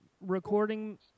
recording